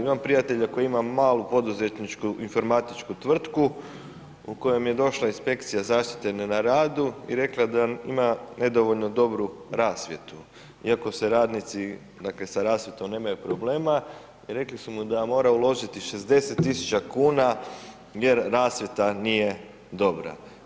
Imam prijatelja koji ima malu poduzetničku informatičku tvrtku u koju je došla inspekcije zaštite na radu i rekla da ima i nedovoljno dobru rasvjetu, iako se radnici, dakle sa rasvjetnom nemaju problema i rekli su mu da mora uložiti 60.000 kuna jer rasvjeta nije dobra.